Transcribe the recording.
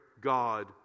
God